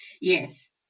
Yes